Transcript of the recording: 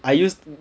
I use